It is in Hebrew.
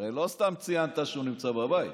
הרי לא סתם ציינת שהוא נמצא בבית,